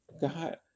God